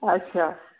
अच्छा